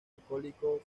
alcohólico